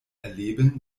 erleben